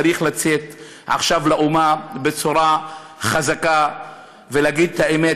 שצריך לצאת עכשיו לאומה בצורה חזקה ולהגיד את האמת,